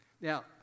Now